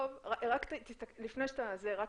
רק מילה.